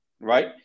right